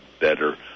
better